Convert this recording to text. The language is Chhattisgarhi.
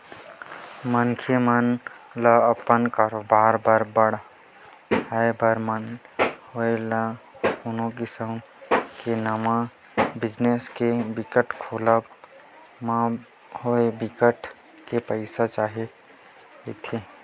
मनखे मन ल अपन कारोबार ल बड़हाय बर होवय ते कोनो किसम के नवा बिजनेस के खोलब म होवय बिकट के पइसा चाही रहिथे